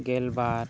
ᱜᱮᱞᱵᱟᱨ